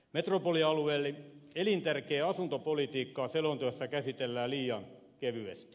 metropolialueelle elintärkeää asuntopolitiikkaa selonteossa käsitellään liian kevyesti